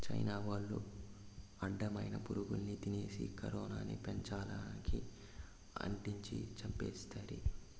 China వాళ్లు అడ్డమైన పురుగుల్ని తినేసి కరోనాని పెపంచానికి అంటించి చంపేస్తిరి